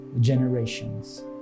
Generations